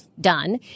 done